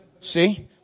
See